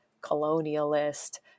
colonialist